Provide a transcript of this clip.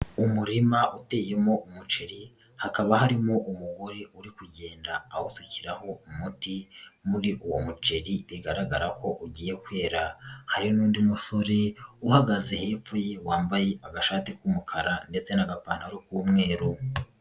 Uumurima uteyemo umuceri, hakaba harimo umugore uri kugenda awusukiraho umuti, muri uwo muceri bigaragara ko ugiye kwehera. Hari n'undi musore uhagaze hepfo ye wambaye agashati k'umukara ndetse n'agapantaro k'umweru.